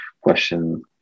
question